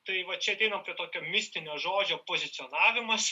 tai va čia ateinam prie tokio mistinio žodžio pozicionavimas